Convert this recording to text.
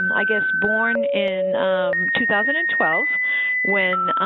i guess, born in two thousand and twelve when